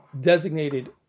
designated